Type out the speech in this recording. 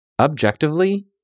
objectively